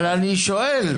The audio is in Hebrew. אבל אני שואל.